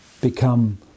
become